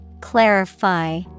Clarify